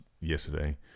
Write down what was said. yesterday